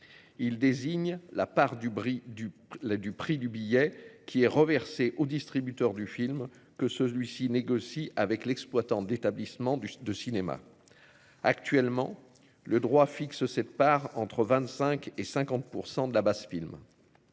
du prix du lait, du prix du billet qui est reversée au distributeur du film que celui-ci négocie avec l'exploitant d'établissement du de cinéma. Actuellement, le droit fixe cette part entre 25 et 50% de la base film.